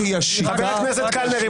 חבר הכנסת קלנר,